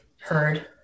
heard